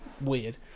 weird